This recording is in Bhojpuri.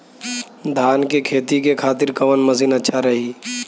धान के खेती के खातिर कवन मशीन अच्छा रही?